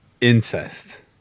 incest